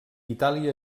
itàlia